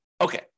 Okay